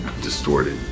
distorted